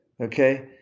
Okay